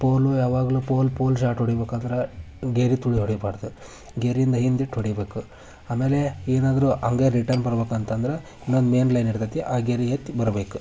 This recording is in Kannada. ಪೋಲು ಯಾವಾಗಲು ಪೋಲ್ ಪೋಲ್ ಶಾಟ್ ಹೊಡಿಬೇಕಾದ್ರೆ ಗೆರೆ ತುಳಿದು ಹೊಡಿಬಾರದು ಗೆರೆಯಿಂದ ಹಿಂದಿಟ್ಟು ಹೊಡಿಬೇಕು ಆಮೇಲೆ ಏನಾದ್ರೂ ಹಂಗೆ ರಿಟರ್ನ್ ಬರ್ಬೇಕಂತಂದ್ರೆ ಇನ್ನೊಂದು ಮೇನ್ ಲೇನ್ ಇರ್ತತೆ ಆ ಗೆರೆ ಎತ್ತಿ ಬರಬೇಕು